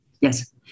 Yes